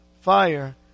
fire